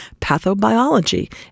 Pathobiology